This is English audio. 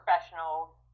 professional